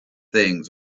things